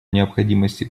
необходимости